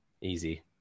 easy